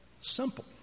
simple